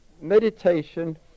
meditation